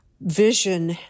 vision